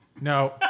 No